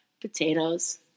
Potatoes